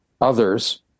others